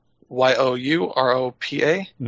Y-O-U-R-O-P-A